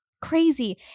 crazy